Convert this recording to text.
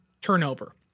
turnover